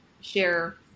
share